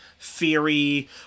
theory